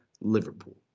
Liverpool